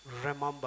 remember